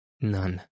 None